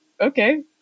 okay